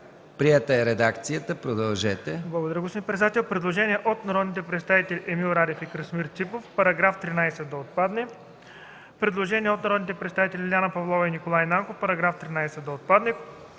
Приета е редакцията. Продължете.